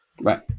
right